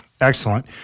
Excellent